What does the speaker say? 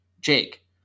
Jake